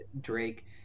Drake